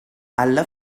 alla